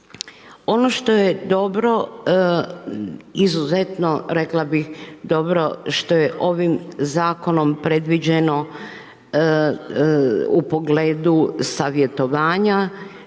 Ono što je dobro, izuzetno rekla bi dobro, što je ovim zakonom predviđeno u pogledu savjetovanja